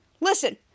listen